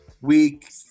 week